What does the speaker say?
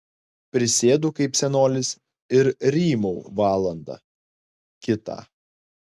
prisėdu kaip senolis ir rymau valandą kitą